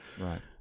Right